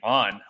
on